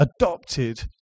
adopted